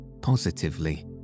positively